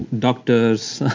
doctors,